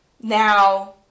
Now